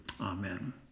Amen